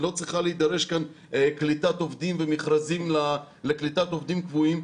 לא צריכה להידרש כאן קליטת עובדים ומכרזים לקליטת עובדים קבועים.